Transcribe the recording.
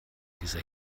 dieser